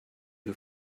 wir